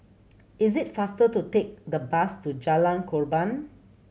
is it faster to take the bus to Jalan Korban